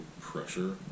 pressure